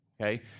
okay